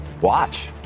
watch